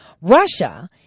Russia